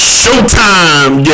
showtime